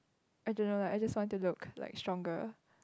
I don't know lah I just want to look like stronger